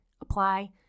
Apply